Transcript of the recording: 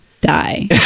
die